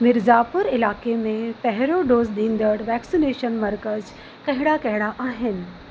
मिर्ज़ापुर इलाइक़े में पहिरियों डोज़ ॾींदड़ वैक्सीनेशन मर्कज़ कहिड़ा कहिड़ा आहिनि